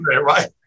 Right